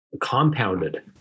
compounded